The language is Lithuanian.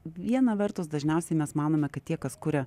viena vertus dažniausiai mes manome kad tie kas kuria